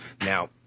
Now